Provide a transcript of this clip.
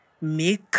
make